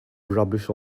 rubbish